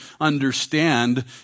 understand